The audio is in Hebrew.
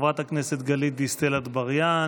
חברת הכנסת גלית דיסטל אטבריאן.